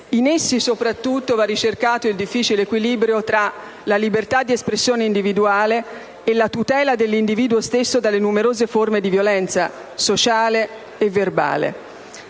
In essi, soprattutto, va ricercato il difficile equilibrio fra la libertà di espressione individuale e la tutela dell'individuo stesso dalle numerose forme di violenza sociale e verbale.